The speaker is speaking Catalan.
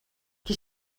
qui